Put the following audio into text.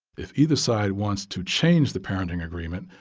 if either side wants to change the parenting agreement,